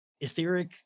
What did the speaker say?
etheric